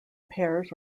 pairs